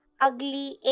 ugly